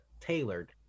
tailored